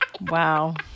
Wow